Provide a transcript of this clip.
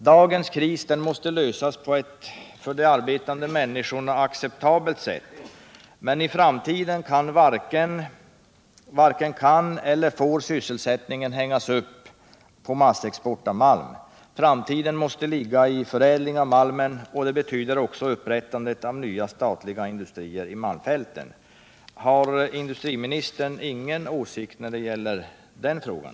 Dagens kris måste lösas på ett för de arbetande människorna acceptabelt sätt, men i framtiden varken kan eller får sysselsättningen hängas upp på massexport av malm. Framtiden måste ligga i förädling av malmen, och det betyder också upprättandet av nya statliga industrier i malmfälten. Har industriministern ingen åsikt när det gäller den frågan?